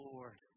Lord